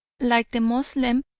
like the moslem,